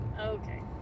Okay